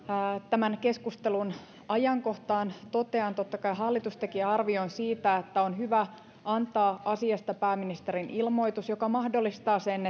tämän keskustelun ajankohtaan totean että totta kai hallitus teki arvion siitä että on hyvä antaa asiasta pääministerin ilmoitus joka mahdollistaa sen